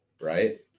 Right